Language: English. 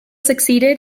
succeeded